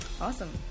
awesome